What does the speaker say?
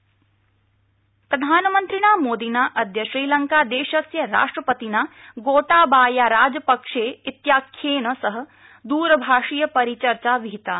Modi Sri Lanka president प्रधानमन्त्रिणा मोदिना अद्य श्रीलंकादेशस्य राष्ट्रपतिना गोटाबाया राजपक्षे इत्याख्येन सह दरभाषीय परिचर्चा विहिता